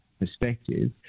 perspective